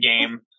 game